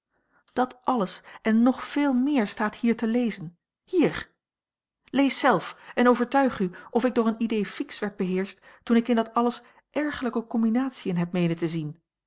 dat alles en nog veel meer staat hier te lezen hier lees zelf en overtuig u of ik door een idée fixe werd beheerscht toen ik in dat alles ergerlijke combinatiën heb meenen te zien